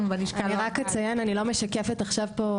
אני רק אציין אני לא משקפת פה.